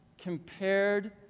compared